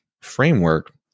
framework